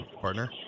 partner